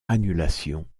annulation